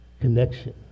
connection